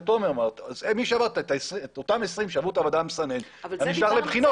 את אותם 20 שעברו את הוועדה המסננת אני אשלח לבחינות.